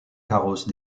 carrosse